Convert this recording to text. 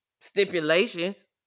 stipulations